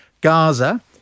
Gaza